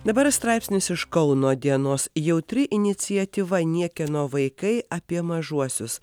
dabar straipsnis iš kauno dienos jautri iniciatyva niekieno vaikai apie mažuosius